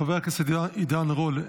חבר הכנסת עידן רול,